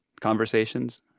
conversations